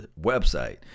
website